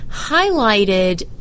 highlighted